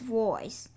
voice